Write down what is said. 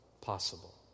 possible